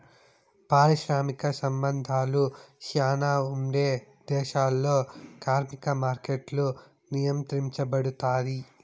పారిశ్రామిక సంబంధాలు శ్యానా ఉండే దేశాల్లో కార్మిక మార్కెట్లు నియంత్రించబడుతాయి